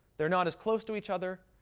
they're not as close to each other.